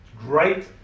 great